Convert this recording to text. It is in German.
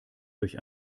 durch